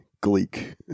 gleek